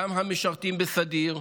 גם המשרתים בסדיר,